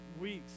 weeks